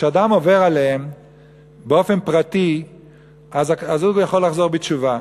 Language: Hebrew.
כשאדם עובר עליהן באופן פרטי אז הוא יכול לחזור בתשובה,